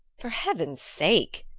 for heaven's sake,